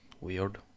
Weird